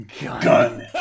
Gun